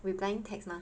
replying text mah